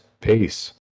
Peace